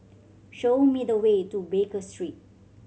show me the way to Baker Street